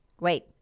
Wait